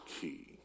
key